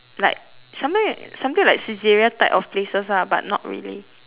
like something something like Saizeriya type of places lah but not really